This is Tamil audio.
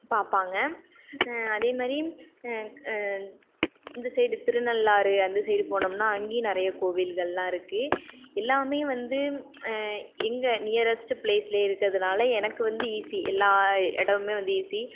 பார்ப்பாங்க அதேமாதிரி இந்த சைடு திருநள்ளாறு அந்த சைடு போனோம்னா அங்கேயும் நிறைய கோவில்களெலாம் இருக்குது எல்லாமே வந்து எங்கள் நியரஸ்ட் ப்ளேஸ்லேயே இருக்கிறதுனால எனக்கு வந்து ஈஸி எல்லா இடமுமே வந்து ஈஸி